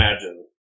imagine